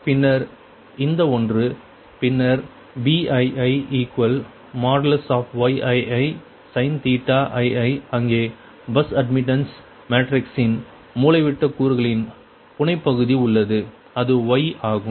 பின்னர் இந்த ஒன்று பின்னர் BiiYiisin ii அங்கே பஸ் அட்மிட்டன்ஸ் மேட்ரிக்ஸின் மூலைவிட்ட கூறுகளின் புனைப்பகுதி உள்ளது அது Y ஆகும்